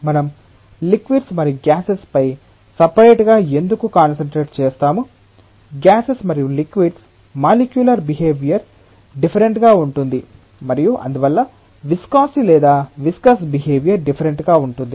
మనం లిక్విడ్స్ మరియు గ్యాసెస్ పై సపరేట్ గా ఎందుకు కాన్సన్ట్రేట్ చేస్తాము గ్యాసెస్ మరియు లిక్విడ్స్ మాలిక్యులర్ బిహేవియర్ డిఫ్ఫరెంట్ గా ఉంటుంది మరియు అందువల్ల విస్కాసిటి లేదా విస్కస్ బిహేవియర్ డిఫ్ఫరెంట్ గా ఉంటుంది